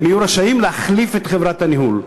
הם יהיו רשאים להחליף את חברת הניהול.